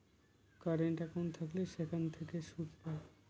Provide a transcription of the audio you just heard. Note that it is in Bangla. কারেন্ট একাউন্ট থাকলে সেখান থেকে সুদ পায়